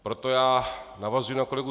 Proto navazuji na kolegu